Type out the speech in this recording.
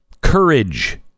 Courage